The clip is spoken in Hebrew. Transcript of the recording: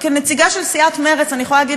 וכנציגה של סיעת מרצ אני יכולה להגיד